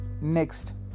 next